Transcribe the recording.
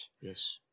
Yes